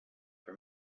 for